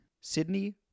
Sydney